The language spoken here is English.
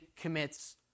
commits